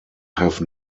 have